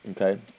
Okay